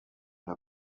elle